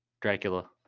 Dracula